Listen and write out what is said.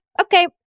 Okay